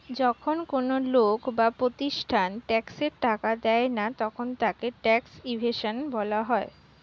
যখন কোন লোক বা প্রতিষ্ঠান ট্যাক্সের টাকা দেয় না তখন তাকে ট্যাক্স ইভেশন বলা হয়